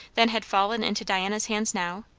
than had fallen into diana's hands now?